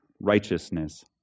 righteousness